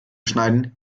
schneiden